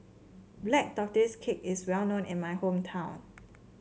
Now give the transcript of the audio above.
Black Tortoise Cake is well known in my hometown